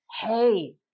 hey